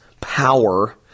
power